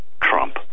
Trump